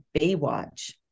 Baywatch